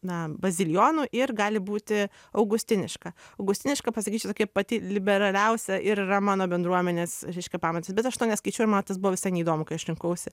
na bazilijonų ir gali būti augustiniška augustiniška pasakyčiau tokia pati liberaliausia ir yra mano bendruomenės reiškia pamatas bet aš to neskaičiau ir man tas buvo visai neįdomu kai aš rinkausi